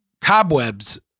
cobwebs